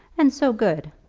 and so good.